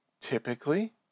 typically